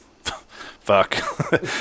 fuck